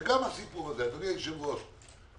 אדוני היושב-ראש,